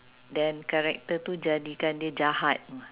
then character tu jadikan dia jahat